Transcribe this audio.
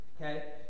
Okay